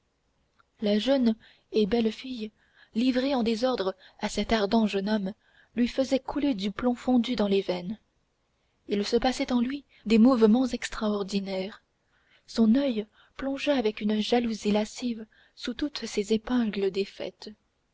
la jeune et belle fille livrée en désordre à cet ardent jeune homme lui faisait couler du plomb fondu dans les veines il se passait en lui des mouvements extraordinaires son oeil plongeait avec une jalousie lascive sous toutes ces épingles